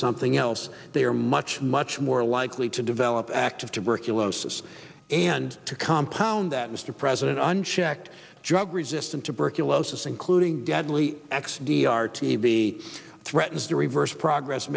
something else they are much much more likely to develop active tuberculosis and to compound that mr president under checked drug resistant tuberculosis including deadly x d r tb threatens to reverse progress